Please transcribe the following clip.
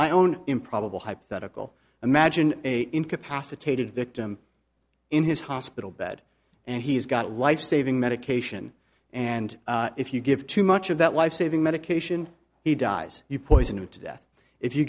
i own improbable hypothetical imagine a incapacitated victim in his hospital bed and he's got life saving medication and if you give too much of that lifesaving medication he dies you poison it to death if you